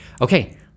Okay